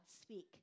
speak